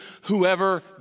Whoever